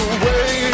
away